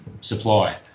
supply